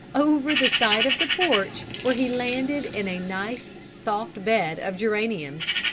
over the side of the porch where he landed in a nice soft bed of geraniums.